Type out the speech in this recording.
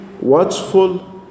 watchful